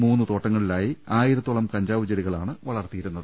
മൂന്ന് തോട്ടങ്ങളിലായി ആയിരത്തോളം കഞ്ചാവ് ചെടികളാണ് വളർത്തിയിരുന്നത്